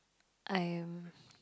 I am